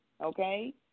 Okay